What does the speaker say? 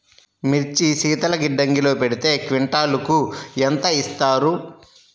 మిర్చి శీతల గిడ్డంగిలో పెడితే క్వింటాలుకు ఎంత ఇస్తారు?